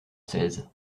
seize